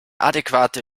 adäquate